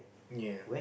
ya